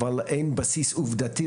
אבל אין בסיס עובדתי,